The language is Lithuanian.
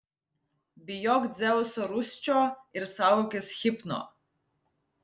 bijok dzeuso rūsčio ir saugokis hipno